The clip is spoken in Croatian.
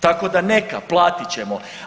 Tako da neka platit ćemo.